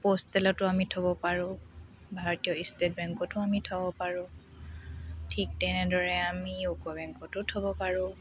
প'ষ্টেলতো আমি থ'ব পাৰোঁ ভাৰতীয় ষ্টেট বেংকতো আমি থ'ব পাৰোঁ ঠিক তেনেদৰে আমি ইউক' বেংকতো থ'ব পাৰোঁ